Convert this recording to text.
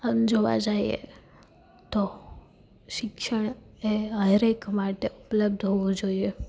આમ જોવા જઈએ તો શિક્ષણ એ હરેક માટે ઉપલબ્ધ હોવું જોઈએ